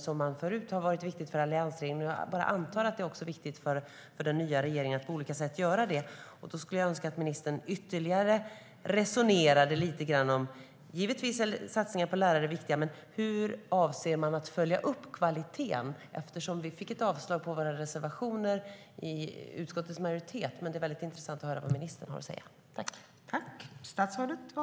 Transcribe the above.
Det har förut varit viktigt för alliansregeringen, och jag antar att det också är viktigt för den nya regeringen att på olika sätt göra det. Jag skulle önska att ministern ytterligare resonerade lite grann om det. Givetvis är satsningarna på lärare viktiga. Men hur avser man att följa upp kvaliteten? Utskottets majoritet yrkar avslag på våra reservationer. Det vore väldigt intressant att höra vad ministern har att säga.